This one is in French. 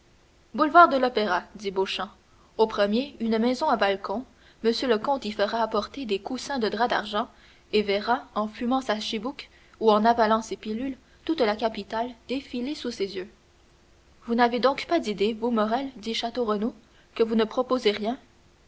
l'opéra dit beauchamp au premier une maison à balcon monsieur le comte y fera apporter des coussins de drap d'argent et verra en fumant sa chibouque ou en avalant ses pilules toute la capitale défiler sous ses yeux vous n'avez donc pas d'idées vous morrel dit château renaud que vous ne proposez rien